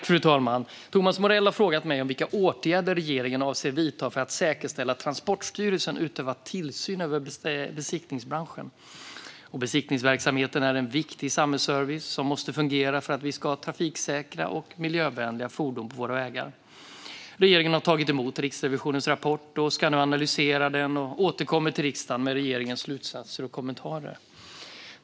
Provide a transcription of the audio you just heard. Fru talman! Thomas Morell har frågat mig vilka åtgärder regeringen avser att vidta för att säkerställa att Transportstyrelsen utövar tillsyn över besiktningsbranschen. Besiktningsverksamheten är en viktig samhällsservice som måste fungera för att vi ska ha trafiksäkra och miljövänliga fordon på våra vägar. Regeringen har tagit emot Riksrevisionens rapport och ska nu analysera den och återkomma till riksdagen med regeringens slutsatser och kommentarer.